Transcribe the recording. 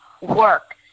work